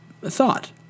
thought